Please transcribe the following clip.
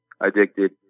addicted